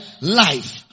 life